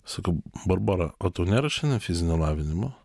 sakau barbora o tau nėra šiandien fizinio lavinimo